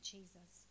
Jesus